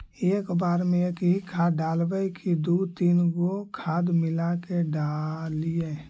एक बार मे एकही खाद डालबय की दू तीन गो खाद मिला के डालीय?